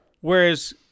whereas